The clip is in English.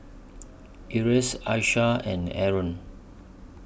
Elyas Aishah and Aaron